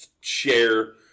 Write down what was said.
share